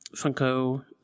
Funko